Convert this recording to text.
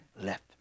left